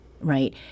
right